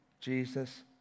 Jesus